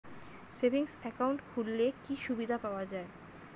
Savings account খুললে কি সুবিধা পাওয়া যায়?